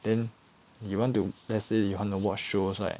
then you want to let's say you want to watch shows right